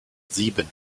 sieben